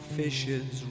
fishes